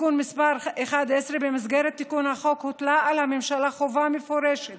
תיקון מס' 11. במסגרת תיקון החוק הוטלה על הממשלה חובה מפורשת